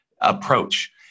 approach